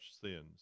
sins